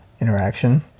interaction